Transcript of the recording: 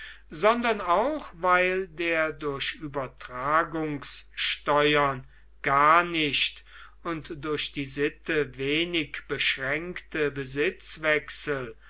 sondern auch weil der durch übertragungssteuern gar nicht und durch die sitte wenig beschränkte